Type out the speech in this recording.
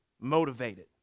motivated